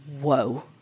whoa